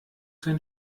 sein